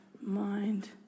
mind